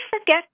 forget